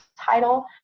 title